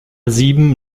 sieben